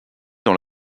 dans